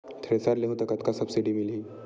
Thresher लेहूं त कतका सब्सिडी मिलही?